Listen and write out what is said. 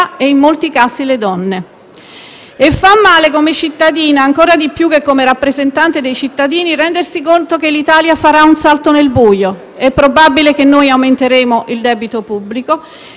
e in molti casi le donne. Fa male, come cittadina, ancor più che come rappresentante dei cittadini, rendersi conto che l'Italia farà un salto nel buio: è probabile che aumenteremo il debito pubblico